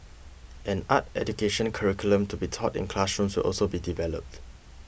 an art education curriculum to be taught in classrooms will also be developed